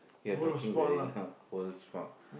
you're talking very loud old spot